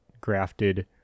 grafted